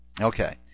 okay